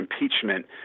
impeachment